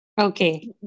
Okay